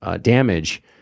damage